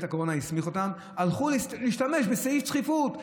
הקורונה הסמיך אותם הם הלכו להשתמש בסעיף הדחיפות.